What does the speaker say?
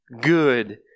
good